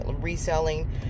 reselling